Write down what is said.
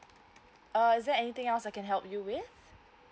uh is there anything else I can help you with